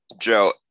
Joe